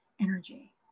energy